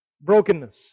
Brokenness